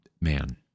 man